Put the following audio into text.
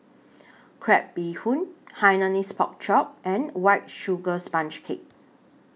Crab Bee Hoon Hainanese Pork Chop and White Sugar Sponge Cake